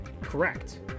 Correct